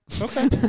Okay